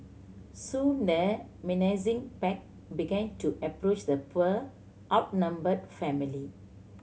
soon the menacing pack began to approach the poor outnumbered family